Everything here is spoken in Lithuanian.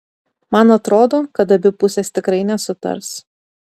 man atrodo kad abi pusės tikrai nesutars